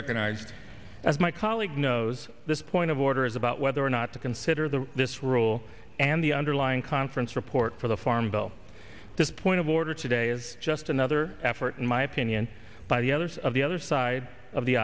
recognized as my colleague knows this point of order is about whether or not to consider the this rule and the underlying conference report for the farm bill this point of order today is just another effort in my opinion by the others of the other side of the